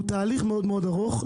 היא תהליך מאוד מאוד ארוך.